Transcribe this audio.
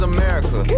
America